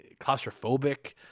claustrophobic